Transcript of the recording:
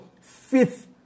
fifth